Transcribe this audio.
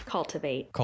Cultivate